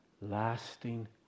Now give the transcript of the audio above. lasting